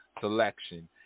selection